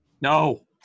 no